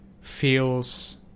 feels